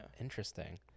Interesting